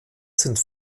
sind